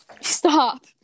Stop